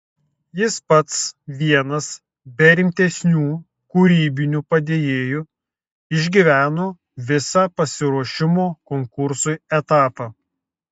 jis pats vienas be rimtesnių kūrybinių padėjėjų išgyveno visą pasiruošimo konkursui etapą